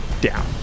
down